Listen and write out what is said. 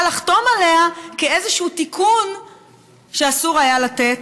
לחתום עליה כאיזשהו תיקון שאסור היה לתת,